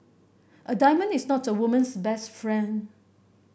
a diamond is not a woman's best friend